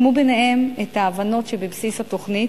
סיכמו ביניהם את ההבנות שבבסיס התוכנית,